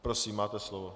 Prosím, máte slovo.